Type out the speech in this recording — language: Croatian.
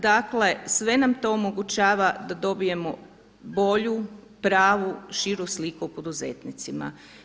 Dakle, sve nam to omogućava da dobijemo bolju, pravu, širu sliku poduzetnicima.